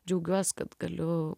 džiaugiuos kad galiu